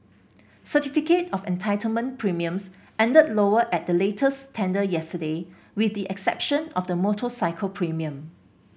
certificate of entitlement premiums ended lower at the latest tender yesterday with the exception of the motorcycle premium